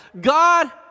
God